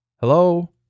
Hello